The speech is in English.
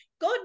God